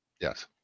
Yes